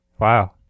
Wow